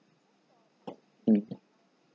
mm